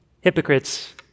Hypocrites